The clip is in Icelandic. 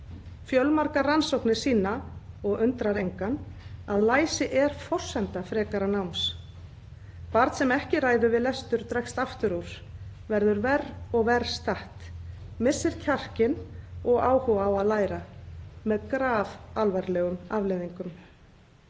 Fjölmargar rannsóknir sýna — og undrar engan — að læsi er forsenda frekara náms. Barn sem ekki ræður við lestur dregst aftur úr, verður verr og verr statt, missir kjarkinn og áhuga á að læra með grafalvarlegum afleiðingum.